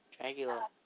Dracula